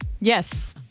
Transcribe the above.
Yes